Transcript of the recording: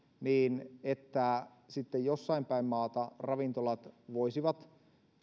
että jossain päin maata ravintolat voisivat